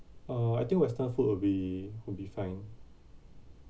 uh I think western food will be will be fine